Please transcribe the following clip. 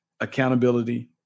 accountability